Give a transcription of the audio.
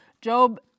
Job